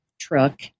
truck